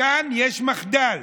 כאן יש מחדל,